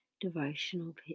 devotional